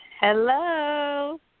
Hello